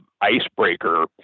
icebreaker